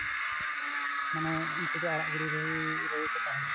ᱢᱟᱱᱮ ᱩᱱᱠᱩ ᱫᱚ ᱟᱲᱟᱜ ᱜᱤᱲᱤ ᱨᱮᱜᱮ ᱠᱚ ᱛᱟᱦᱮᱱᱟ ᱦᱮᱸ